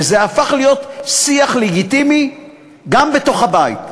וזה הפך להיות שיח לגיטימי גם בתוך הבית.